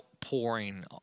pouring